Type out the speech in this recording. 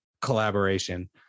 collaboration